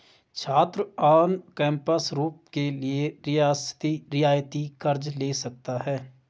छात्र on campus room के लिए रियायती कर्ज़ ले सकता है